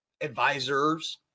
Advisors